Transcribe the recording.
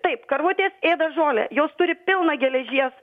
taip karvutės ėda žolę jos turi pilna geležies